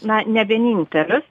na ne vienintelis